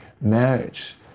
Marriage